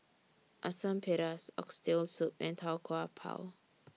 Asam Pedas Oxtail Soup and Tau Kwa Pau